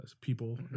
people